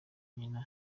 nyina